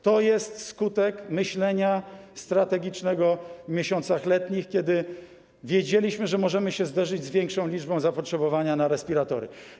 To jest skutek myślenia strategicznego w miesiącach letnich, kiedy wiedzieliśmy, że możemy się zderzyć z większą liczbą zapotrzebowania na respiratory.